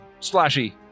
slashy